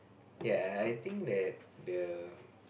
ya I think that the